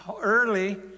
early